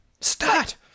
Start